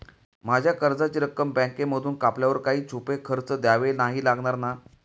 माझ्या कर्जाची रक्कम बँकेमधून कापल्यावर काही छुपे खर्च द्यावे नाही लागणार ना?